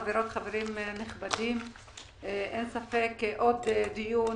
חברות וחברים נכבדים, אין ספק עוד דיון